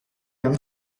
yang